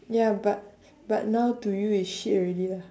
ya but but now to you is shit already lah